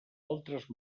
altres